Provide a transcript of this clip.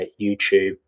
YouTube